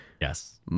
Yes